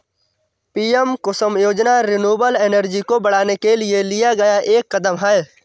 PM Kusum योजना renewable energy को बढ़ाने के लिए लिया गया एक कदम है